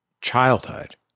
childhood